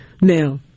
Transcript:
Now